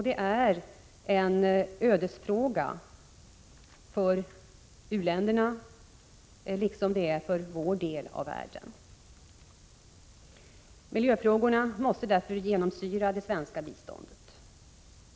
Det är en ödesfråga för u-länderna liksom för vår del av världen. Miljöfrågorna måste därför genomsyra det svenska biståndet.